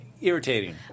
irritating